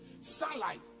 sunlight